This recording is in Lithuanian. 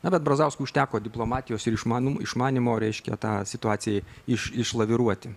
na bet brazauskui užteko diplomatijos ir išmanumo išmanymo reiškia tą situacijai iš išlaviruoti